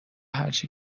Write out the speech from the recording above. هرچی